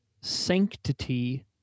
sanctity